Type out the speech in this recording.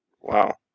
Wow